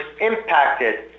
impacted